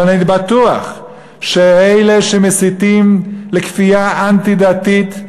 אבל אני בטוח שאלה שמסיתים לכפייה אנטי-דתית,